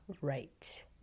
right